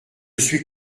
suis